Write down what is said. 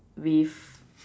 with